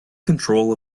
control